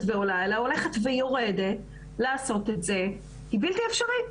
ועולה אלא הולכת ויורדת לעשות את זה - היא בלתי אפשרית.